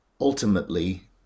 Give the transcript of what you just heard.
ultimately